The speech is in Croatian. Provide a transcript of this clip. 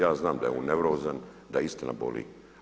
Ja znam da je on neurozan, da istina boli.